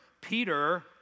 Peter